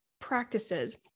practices